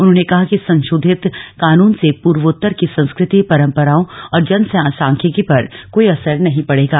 उन्होंने कहा कि इस संशोधित कानून से पूर्वोत्तर की संस्कृति परंपराओं और जनसांख्यिकी पर कोई असर नहीं पड़ेगा